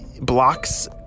blocks